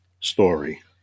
story